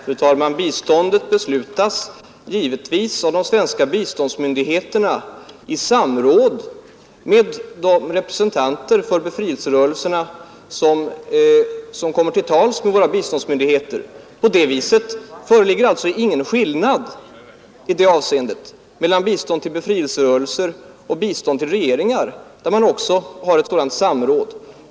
Fru talman! Biståndet beslutas givetvis av de svenska biståndsmyndigheterna i samråd med de representanter för befrielserörelserna som kommer till tals med våra biståndsmyndigheter. I det avseendet föreligger alltså ingen skillnad mellan bistånd till befrielserörelser och bistånd till regeringar, där man också har ett sådant samråd.